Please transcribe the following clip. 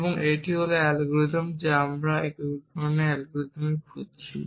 এবং এটি হল অ্যালগরিদম যা আমরা একীকরণ অ্যালগরিদম খুঁজছি